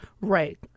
Right